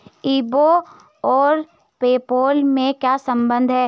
ई बे और PayPal में क्या संबंध है?